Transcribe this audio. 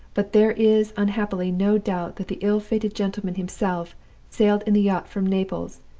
but there is unhappily no doubt that the ill-fated gentleman himself sailed in the yacht from naples,